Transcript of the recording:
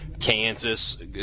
Kansas